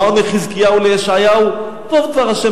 מה עונה חזקיהו לישעיהו: טוב דבר ה'